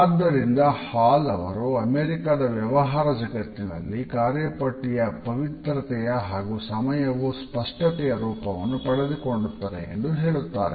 ಆದ್ದರಿಂದ ಹಾಲ್ ಅವರು ಅಮೆರಿಕದ ವ್ಯವಹಾರ ಜಗತ್ತಿನಲ್ಲಿ ಕಾರ್ಯಪಟ್ಟಿಯು ಪವಿತ್ರತೆಯ ಹಾಗೂ ಸಮಯವು ಸ್ಪಷ್ಟತೆಯ ರೂಪವನ್ನು ಪಡೆದುಕೊಂಡಿದೆ ಎಂದು ಹೇಳುತ್ತಾರೆ